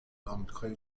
آمریکای